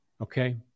Okay